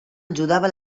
ajudava